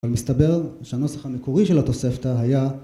אבל מסתבר שהנוסח המקורי של התוספתא היה